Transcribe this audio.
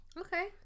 Okay